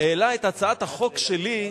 העלה את הצעת החוק שלי,